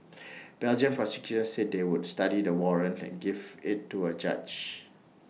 Belgian prosecutors said they would study the warrant and give IT to A judge